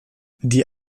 die